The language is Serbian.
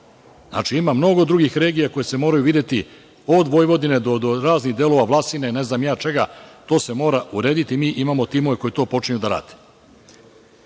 Znači, ima mnogo drugih regija koje se moraju videti, od Vojvodine do raznih delova Vlasine, ne znam ni ja čega, to se mora urediti. Mi imamo timove koji to počinju da